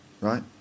Right